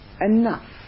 enough